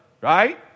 right